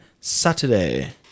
Saturday